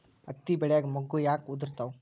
ಹತ್ತಿ ಬೆಳಿಯಾಗ ಮೊಗ್ಗು ಯಾಕ್ ಉದುರುತಾವ್?